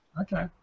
Okay